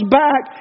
back